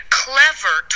clever